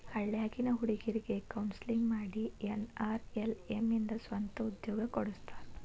ಹಳ್ಳ್ಯಾಗಿನ್ ಹುಡುಗ್ರಿಗೆ ಕೋನ್ಸೆಲ್ಲಿಂಗ್ ಮಾಡಿ ಎನ್.ಆರ್.ಎಲ್.ಎಂ ಇಂದ ಸ್ವಂತ ಉದ್ಯೋಗ ಕೊಡಸ್ತಾರ